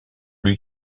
lui